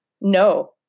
No